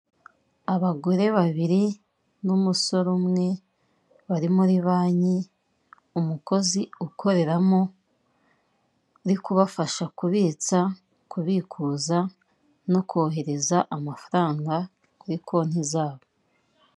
Abagore babiri n'umusore umwe bari muri banki umukozi ukoreramo uri kubafasha kubitsa, kubikuza no kohereza amafaranga kuri konti zabo.